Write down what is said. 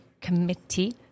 committee